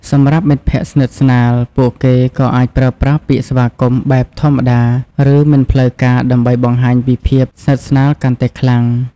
សម្រាប់មិត្តភក្តិស្និទ្ធស្នាល ពួកគេក៏អាចប្រើប្រាស់ពាក្យស្វាគមន៍បែបធម្មតាឬមិនផ្លូវការដើម្បីបង្ហាញពីភាពស្និទ្ធស្នាលកាន់តែខ្លាំង។